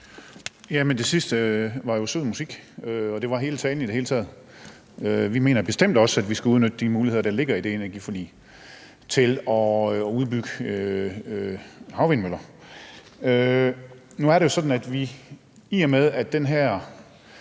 Det sidste var jo sød musik i ørerne, og det gjaldt i det hele taget hele talen. Vi mener bestemt også, at vi skal udnytte de muligheder, der ligger i det energiforlig, til at udbygge havvindmøller. Nu er det jo sådan, at i og med at den her